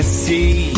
see